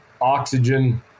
oxygen